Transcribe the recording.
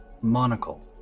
monocle